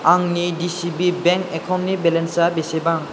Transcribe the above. आंनि D C B bank एकाउन्टनि बेलेन्सा बेसेबां